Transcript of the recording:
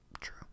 True